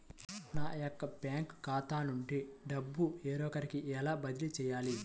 నా యొక్క బ్యాంకు ఖాతా నుండి డబ్బు వేరొకరికి ఎలా బదిలీ చేయాలి?